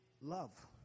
love